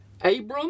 Abram